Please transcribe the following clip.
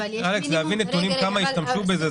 להביא נתונים כמה השתמשו בזה,